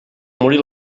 morir